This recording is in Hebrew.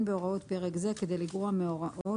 "שמירת דינים אין בהוראות פרק זה כדי לגרוע מהוראות